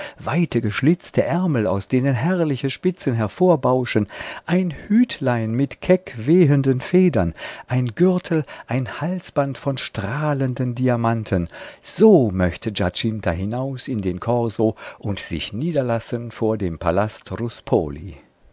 weite geschlitzte ärmel aus denen herrliche spitzen hervorbauschen ein hütlein mit keck wehenden federn ein gürtel ein halsband von strahlenden diamanten so möchte giacinta hinaus in den korso und sich niederlassen vor dem palast